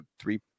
three